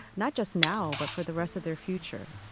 not just now but for the rest of their future.